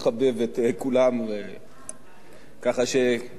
ככה שזה בהחלט במקום.